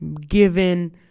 given